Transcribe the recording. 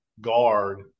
guard